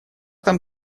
там